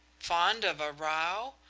fond of a row?